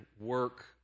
work